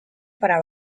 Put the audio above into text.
para